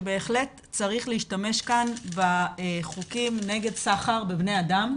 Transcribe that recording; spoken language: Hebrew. בהחלט צריך להשתמש כאן בחוקים נגד סחר בבני אדם.